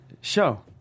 show